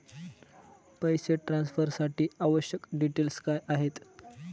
पैसे ट्रान्सफरसाठी आवश्यक डिटेल्स काय आहेत?